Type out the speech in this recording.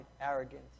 arrogance